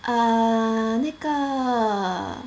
err 那个